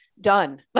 done